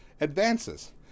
advances